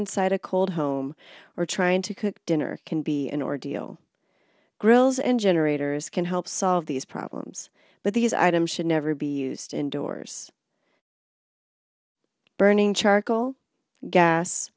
inside a cold home or trying to cook dinner can be an ordeal grills and generators can help solve these problems but these items should never be used indoors burning charcoal gas